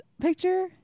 picture